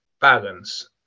balance